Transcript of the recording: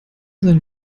sein